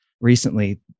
recently